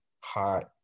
hot